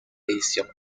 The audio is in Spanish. edición